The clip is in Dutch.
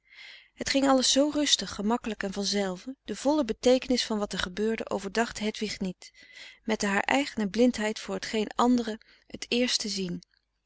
het ging alles zoo rustig gemakkelijk en van zelve de volle beteekenis van wat er gebeurde overdacht hedwig niet met de haar eigene blindheid voor hetgeen anderen t eerste zien